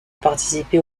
participer